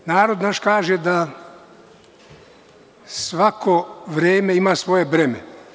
Naš narod kaže da svako vreme ima svoje breme.